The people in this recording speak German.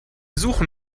suchen